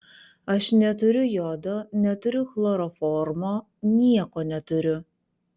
aš neturiu jodo neturiu chloroformo nieko neturiu